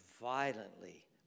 violently